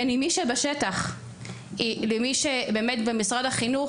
בין מי שבשטח למי שבמשרד החינוך,